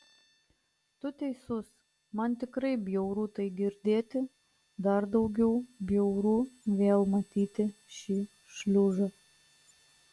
tu teisus man tikrai bjauru tai girdėti dar daugiau bjauru vėl matyti šį šliužą